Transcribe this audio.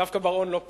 דווקא בר-און לא פה.